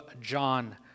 John